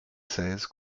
seize